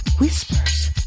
Whispers